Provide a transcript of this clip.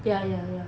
ya ya ya